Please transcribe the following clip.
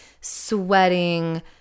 Sweating